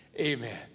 Amen